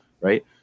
Right